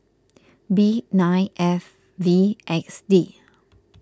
B nine F V X D